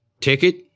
Ticket